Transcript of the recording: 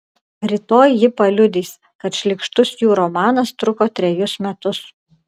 rytoj ji paliudys kad šlykštus jų romanas truko trejus metus